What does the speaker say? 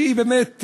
שהיא באמת,